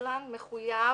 הקבלן מחויב